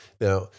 Now